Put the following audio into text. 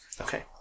okay